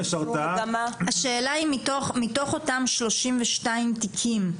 השאלה היא, מתוך אותם 32 תיקים,